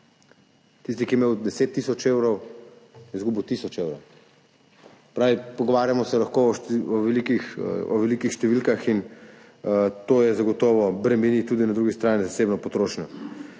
tisti, ki je imel 10 tisoč evrov, je izgubil tisoč evrov. Se pravi, pogovarjamo se lahko o velikih številkah in to zagotovo bremeni na drugi strani tudi zasebno potrošnjo.